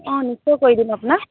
অঁ নিশ্চয় কৈ দিম আপোনাক